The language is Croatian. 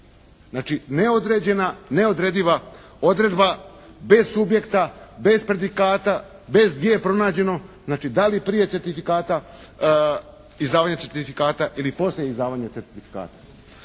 Znači neodređena, neodrediva odredba bez subjekta, bez predikata, bez gdje je pronađeno? Znači da li prije certifikata izdavanje certifikata ili poslije izdavanje certifikata.